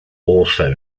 also